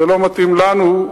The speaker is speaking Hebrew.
זה לא מתאים לנו,